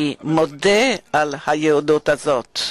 אני מודה על הידידות הזאת,